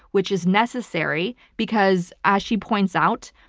which is necessary, because as she points out,